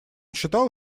считал